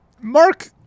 Mark